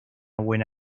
buena